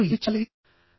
మీరు ఏమి చేయాలి